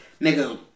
Nigga